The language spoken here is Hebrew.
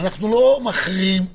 אנחנו לא מכריעים על המקום.